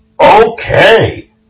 Okay